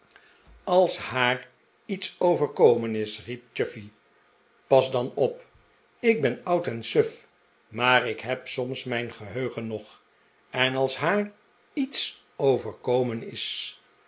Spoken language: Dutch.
als haar iets overkomen is riep chuffey pas dan op ik ben oud en suf maar ik heb soms mijn geheugen nog en als haar iets overkomen is